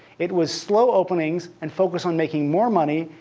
it was slow openings and focus on making more money,